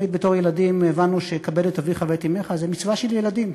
תמיד בתור ילדים הבנו ש"כבד את אביך ואת אמך" זו מצווה של ילדים.